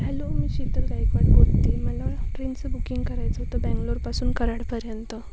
hello मी शीतल गायकवाड बोलते मला ट्रेनचं बुकिंग करायचं होतं बेंगलोरपासून कराडपर्यंत